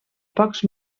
pocs